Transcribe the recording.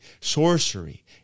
sorcery